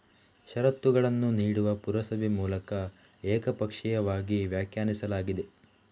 ಷರತ್ತುಗಳನ್ನು ನೀಡುವ ಪುರಸಭೆ ಮೂಲಕ ಏಕಪಕ್ಷೀಯವಾಗಿ ವ್ಯಾಖ್ಯಾನಿಸಲಾಗಿದೆ